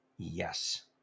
Yes